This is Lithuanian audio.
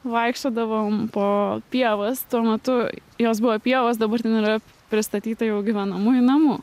vaikščiodavom po pievas tuo metu jos buvo pievos dabar ten yra pristatyta jau gyvenamųjų namų